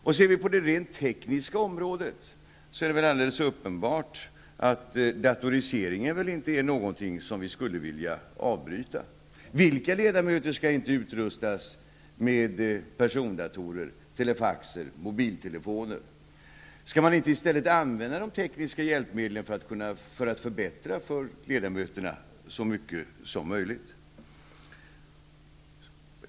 Om vi ser på det rent tekniska området är det väl alldeles uppenbart att datoriseringen inte är något som vi skulle vilja avbryta. Vilka ledamöter skall inte utrustas med persondatorer, telefaxer och mobiltelefoner? I stället skall man väl använda de tekniska hjälpmedlen för att förbättra för ledamöterna så mycket som möjligt.